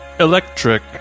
electric